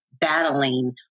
battling